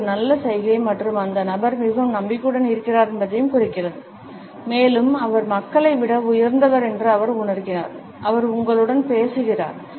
இது ஒரு நல்ல சைகை மற்றும் அந்த நபர் மிகவும் நம்பிக்கையுடன் இருக்கிறார் என்பதையும் குறிக்கிறது மேலும் அவர் மக்களை விட உயர்ந்தவர் என்று அவர் உணர்கிறார் அவர் உங்களுடன் பேசுகிறார்